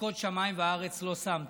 חֻקות שמים וארץ לא שמתי".